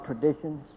traditions